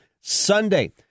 Sunday